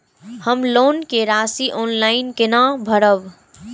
हम लोन के राशि ऑनलाइन केना भरब?